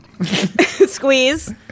Squeeze